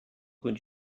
would